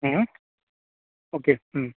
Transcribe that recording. हं हं ओक्के हं